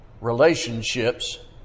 relationships